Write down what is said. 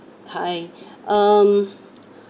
hi um